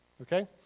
Okay